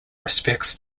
respects